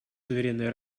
суверенное